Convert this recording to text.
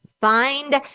find